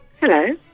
Hello